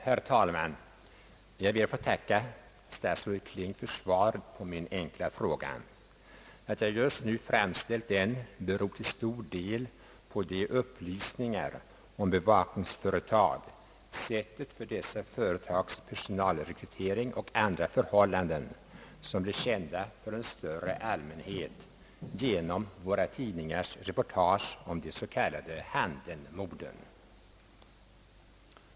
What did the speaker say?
Herr talman! Jag ber att få tacka statsrådet Kling för svaret på min enkla fråga. Att jag just nu framställt den beror till stor del på de upplysningar om bevakningsföretag, sättet för dessa företags personalrekrytering och andra förhållanden som blev kända för en större allmänhet genom våra tidningars reportage om de s.k. Handenmorden.